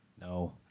No